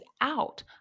out